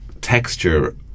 texture